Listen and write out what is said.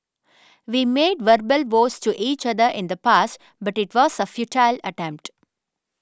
we made verbal vows to each other in the past but it was a futile attempt